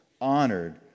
honored